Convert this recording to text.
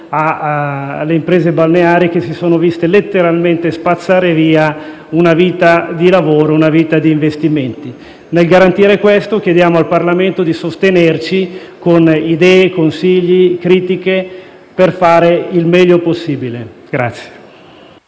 alle imprese balneari, che si sono viste letteralmente spazzare via una vita di lavoro e di investimenti. Nel garantire questo, chiediamo al Parlamento di sostenerci con idee, consigli, critiche, per fare il meglio possibile.